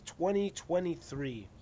2023